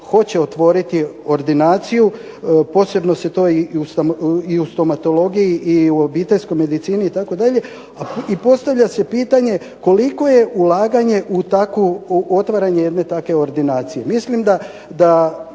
hoće otvoriti ordinaciju, posebno se to i u stomatologiji i u obiteljskoj medicini itd. i postavlja se pitanje koliko je ulaganje u takvu, u otvaranje jedne takve ordinacije. Mislim da